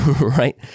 right